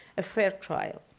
a fair trial.